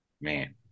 Man